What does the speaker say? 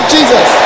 Jesus